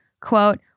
Quote